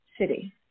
city